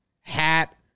hat